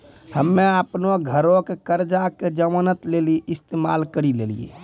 हम्मे अपनो घरो के कर्जा के जमानत लेली इस्तेमाल करि लेलियै